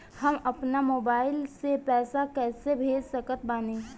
हम अपना मोबाइल से पैसा कैसे भेज सकत बानी?